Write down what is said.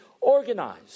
organized